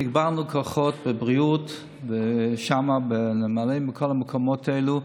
תגברנו כוחות בבריאות, ושם, בכל המקומות האלה,